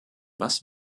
was